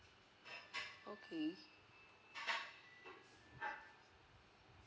okay